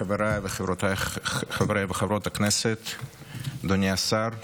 חבריי וחברות הכנסת, אדוני השר,